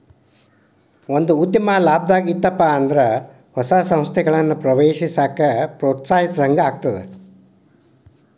ಒಂದ ಉದ್ಯಮ ಲಾಭದಾಗ್ ಇತ್ತಪ ಅಂದ್ರ ಅದ ಹೊಸ ಸಂಸ್ಥೆಗಳನ್ನ ಪ್ರವೇಶಿಸಾಕ ಪ್ರೋತ್ಸಾಹಿಸಿದಂಗಾಗತ್ತ